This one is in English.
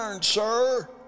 sir